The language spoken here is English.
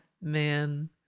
Man